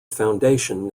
foundation